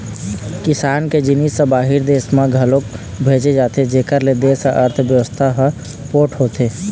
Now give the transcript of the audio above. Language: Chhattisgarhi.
किसान के जिनिस ह बाहिर देस म घलोक भेजे जाथे जेखर ले देस के अर्थबेवस्था ह पोठ होथे